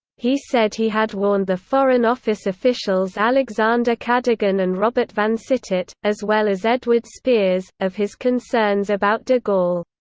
he said he had warned the foreign office officials alexander cadogan and robert vansittart, as well as edward spears, of his concerns about de gaulle.